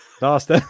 Last